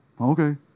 Okay